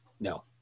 No